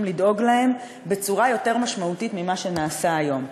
לדאוג להם בצורה יותר משמעותית ממה שנעשה היום.